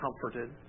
comforted